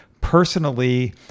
personally